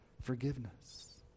forgiveness